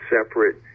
Separate